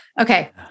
okay